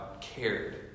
cared